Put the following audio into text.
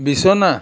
বিছনা